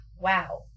wow